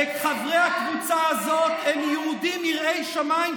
וחברי הקבוצה הזאת הם יהודים יראי שמיים,